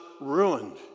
ruined